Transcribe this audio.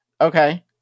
Okay